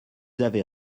avez